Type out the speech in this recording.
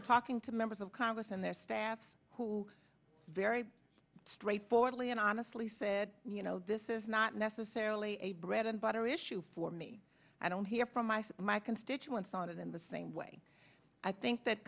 talking to members of congress and their staffs who very straightforwardly and honestly said you know this is not necessarily a bread and butter issue for me i don't hear from my for my constituents on it in the same way i think that